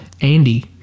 Andy